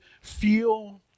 feel